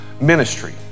ministry